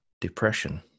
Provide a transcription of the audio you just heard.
depression